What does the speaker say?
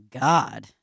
God